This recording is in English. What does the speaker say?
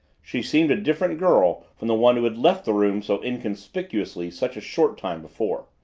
she seemed a different girl from the one who had left the room so inconspicuously such a short time before.